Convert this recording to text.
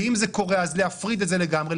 ואם זה קורה אז להפריד את זה לגמרי,